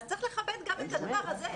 צריך לכבד גם את הדבר הזה.